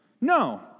No